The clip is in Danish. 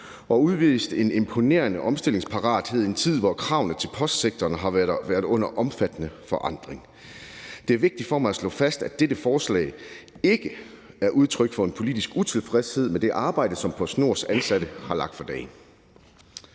og udvist en imponerende omstillingsparathed i en tid, hvor kravene til postsektoren har været under omfattende forandring. Det er vigtigt for mig at slå fast, at dette forslag ikke er udtryk for en politisk utilfredshed med det arbejde, som PostNords ansatte har lagt for dagen.